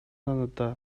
дандаа